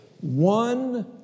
One